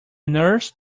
nurse